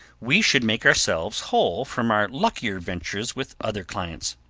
we should make ourselves whole from our luckier ventures with other clients.